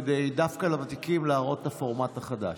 כדי להראות דווקא לוותיקים את הפורמט החדש.